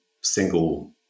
single